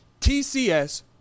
TCS